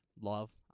love